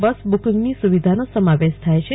બસ બુકી ગની સૂવિધાનો સમાવેશ થાય છે